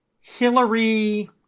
Hillary